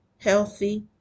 healthy